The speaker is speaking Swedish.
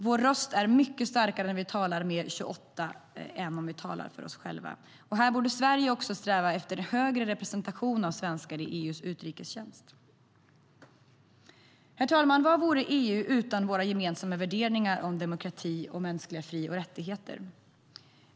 Vår röst är mycket starkare när vi talar med 28 röster än när vi talar för oss själva. Sverige borde sträva efter en högre representation av svenskar i EU:s utrikestjänst. Herr talman! Vad vore EU utan våra gemensamma värderingar om demokrati och mänskliga fri och rättigheter?